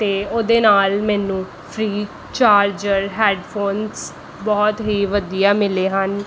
ਅਤੇ ਉਹਦੇ ਨਾਲ ਮੈਨੂੰ ਫਰੀ ਚਾਰਜਰ ਹੈੱਡਫੋਨਸ ਬਹੁਤ ਹੀ ਵਧੀਆ ਮਿਲੇ ਹਨ